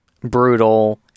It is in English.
brutal